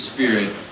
Spirit